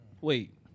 Wait